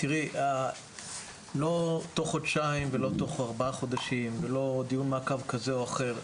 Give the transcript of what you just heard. תראי לא תוך חודשיים ולא תוך ארבע חודשים ולא דיון מעקב כזה או אחר,